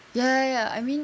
ya ya ya I mean